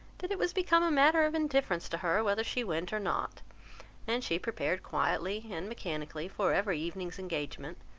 that it was become a matter of indifference to her, whether she went or not and she prepared quietly and mechanically for every evening's engagement,